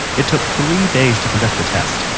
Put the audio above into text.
it took three days to conduct the test,